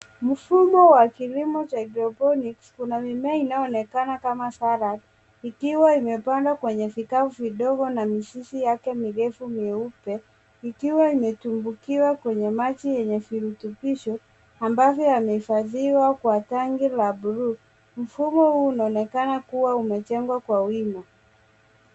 Mfumo wa kilimo cha hydroponics . Kuna mimea inayoonekana kama sarat ikiwa imepandwa kwenye vikapu vidogo na mizizi yake mirefu mieupe ikiwa imetumbukiwa kwenye maji yenye virutubisho ambayo yamehifadhiwa kwenye tangi la buluu. Mfumo huu unaonekana kuwa umejengwa kwa wino.